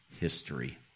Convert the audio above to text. history